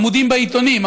עמודים בעיתונים,